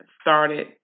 started